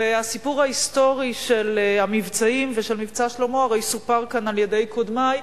הסיפור ההיסטורי של המבצעים ושל "מבצע שלמה" הרי סופר כאן על-ידי קודמי,